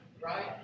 right